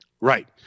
Right